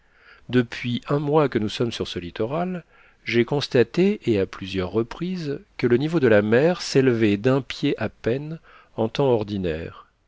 depuis un mois que nous sommes sur ce littoral j'ai constaté et à plusieurs reprises que le niveau de la mer s'élevait d'un pied à peine en temps ordinaire